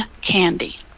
candy